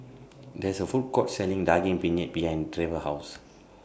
There IS A Food Court Selling Daging Penyet behind Trever's House